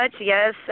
yes